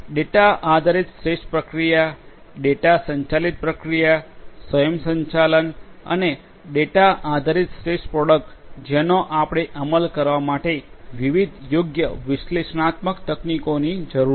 data આધારિત શ્રેષ્ઠ પ્રક્રિયા ડેટા સંચાલિત પ્રક્રિયા સ્વયંસંચાલન અને ડેટા આધારિત શ્રેષ્ઠ પ્રોડક્ટ જેનો આપણે અમલ કરવા માટે વિવિધ યોગ્ય વિશ્લેષણાત્મક તકનીકોની જરૂર છે